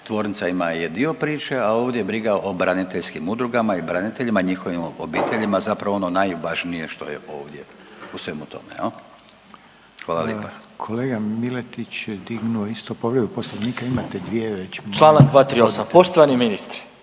tvornica ima jedan dio priče, a ovdje je briga o braniteljskim udrugama i braniteljima i njihovim obiteljima, zapravo ono najvažnije što je ovdje u svemu tome jel. **Reiner, Željko (HDZ)** Kolega Miletić je dignuo isto povredu poslovnika, imate dvije već…/Govornik se ne razumije/….